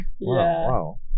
wow